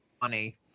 Funny